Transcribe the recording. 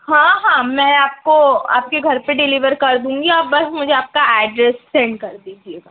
ہاں ہاں میں آپ کو آپ کے گھر پہ ڈلیور کر دوں گی آپ بس مجھے آپ کا ایڈریس سینڈ کر دیجیے گا